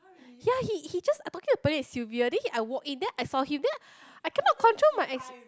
ya he he just I talking to Pearlyn and Sylvia then he I walk in then I saw him then I cannot control my ex~